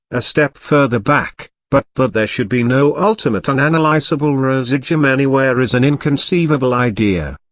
a step further back but that there should be no ultimate unanalysable residuum anywhere is an inconceivable idea.